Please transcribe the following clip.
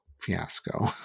fiasco